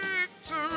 victory